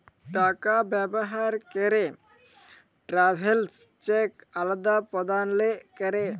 টাকা ব্যবহার ক্যরে ট্রাভেলার্স চেক আদাল প্রদালে ক্যরে